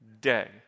day